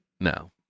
No